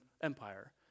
Empire